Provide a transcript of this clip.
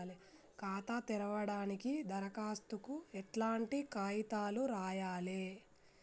ఖాతా తెరవడానికి దరఖాస్తుకు ఎట్లాంటి కాయితాలు రాయాలే?